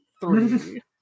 three